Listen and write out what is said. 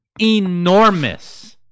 Enormous